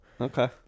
Okay